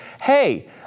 hey